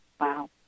Wow